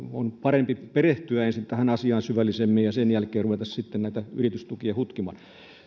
on parempi ensin perehtyä tähän asiaan syvällisemmin ja sen jälkeen ruveta sitten näitä yritystukia hutkimaan